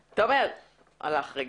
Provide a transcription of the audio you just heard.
אבל בהמשך לאמירה של כרמית,